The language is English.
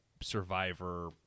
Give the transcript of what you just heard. survivor